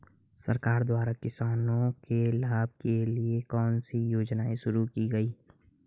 सरकार द्वारा किसानों के लाभ के लिए कौन सी योजनाएँ शुरू की गईं?